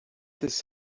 this